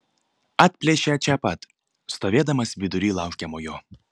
atplėšia čia pat stovėdamas vidury laukiamojo